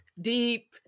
deep